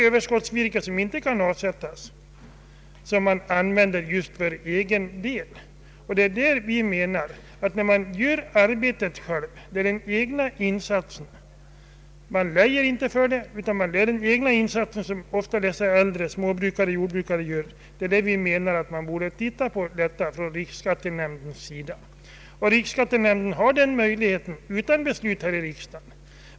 Överskottsvirket som inte kan avsättas använder man för egen del. Vi menar att riksskattenämnden bör uppmärksamma det förhållandet att småbrukarna själva gör arbetet, en egen insats i detta fall — man lejer inte folk för denna gallring. Riksskattenämnden har möjlighet att uppmärksamma denna fråga utan beslut här i riksdagen.